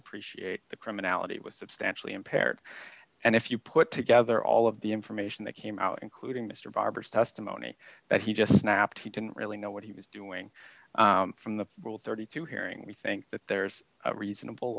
appreciate the criminality was substantially impaired and if you put together all of the information that came out including mr barber starts to moni that he just snapped he didn't really know what he was doing from the rule thirty two hearing we think that there's a reasonable